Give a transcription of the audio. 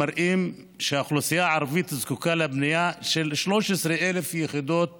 מראים שהאוכלוסייה הערבית זקוקה לבנייה של 13,000 יחידות בשנה,